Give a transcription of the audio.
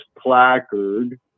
placard